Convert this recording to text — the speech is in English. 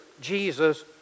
Jesus